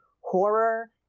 horror